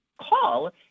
call